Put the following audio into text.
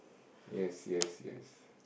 yes yes yes